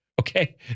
okay